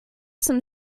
some